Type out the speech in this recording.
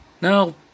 Now